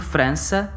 França